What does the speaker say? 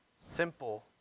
Simple